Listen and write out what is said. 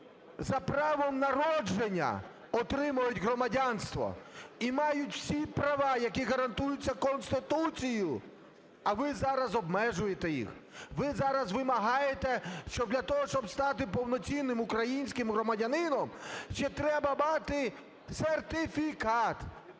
за правом народження отримують громадянство, і мають всі права, які гарантуються Конституцією. А ви зараз обмежуєте їх, ви зараз вимагаєте, щоб для того, щоб стати повноцінним українським громадянином, ще треба мати сертифікат!